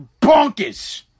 bonkers